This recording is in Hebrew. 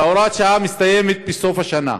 הוראת השעה מסתיימת בסוף השנה,